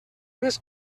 més